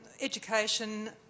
Education